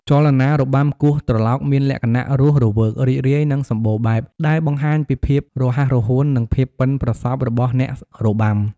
ចលនារបាំគោះត្រឡោកមានលក្ខណៈរស់រវើក រីករាយ និងសម្បូរបែប ដែលបង្ហាញពីភាពរហ័សរហួន និងភាពប៉ិនប្រសប់របស់អ្នករបាំ។